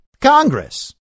Congress